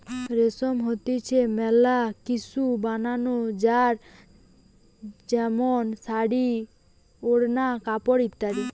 রেশম হইতে মেলা কিসু বানানো যায় যেমন শাড়ী, ওড়না, কাপড় ইত্যাদি